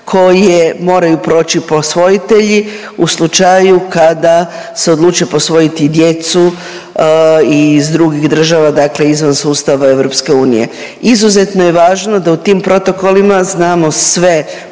koje moraju proći posvojitelji u slučaju kada se odluče posvojiti djecu iz drugih država, dakle izvan sustava EU. Izuzetno je važno da u tim protokolima znamo sve postupke,